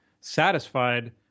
satisfied